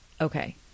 Okay